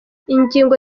ingingo